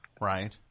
Right